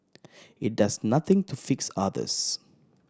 it does nothing to fix others